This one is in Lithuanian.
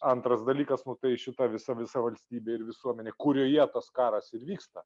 antras dalykas nu tai šita visa visa valstybė ir visuomenė kurioje tas karas ir vyksta